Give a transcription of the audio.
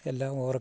എല്ലാം ഓർക്കുമ്പഴ്